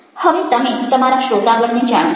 હવે તમે તમારા શ્રોતાગણને જાણો છો